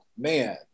Man